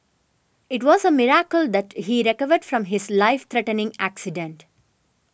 it was a miracle that he recovered from his life threatening accident